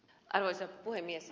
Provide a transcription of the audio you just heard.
arvoisa puhemies